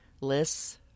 Lists